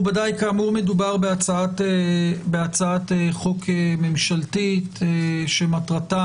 מכובדיי, כאמור, מדובר בהצעת חוק ממשלתית שמטרתה